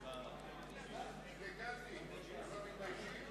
חברי ממשלה,